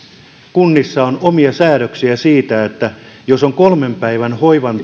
kunnissa on omia säädöksiä siitä että jos hoivan